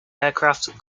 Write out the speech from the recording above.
aircraft